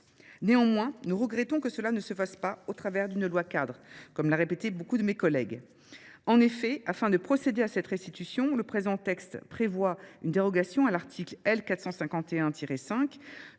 Néanmoins, nous regrettons que cela ne se fasse pas au travers d'une loi cadre, comme l'a répété beaucoup de mes collègues. En effet, afin de procéder à cette restitution, le présent texte prévoit une dérogation à l'article L451-5